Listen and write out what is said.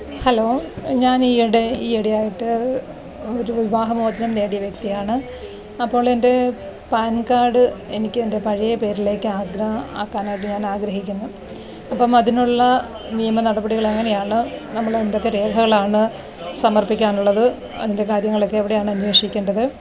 hello ഞാൻ ഈയിടെ ഈയിടെയായിട്ട് ഒരു വിവാഹ മോചനം നേടിയ വ്യക്തിയാണ് അപ്പോൾ എന്റെ പാന് കാഡ് എനിക്ക് എന്റെ പഴയ പേരിലേയ്ക്ക് ആദ്രാ ആക്കാനായിട്ട് ഞാന് ആഗ്രഹിക്കുന്നു അപ്പം അതിനുള്ള നിയമനടപടികൾ എങ്ങനെയാണ് നമ്മൾ എന്തൊക്കെ രേഖകളാണ് സമര്പ്പിക്കാനുള്ളത് അതിന്റെ കാര്യങ്ങളൊക്കെ എവിടെയാണ് അന്വേഷിക്കേണ്ടത്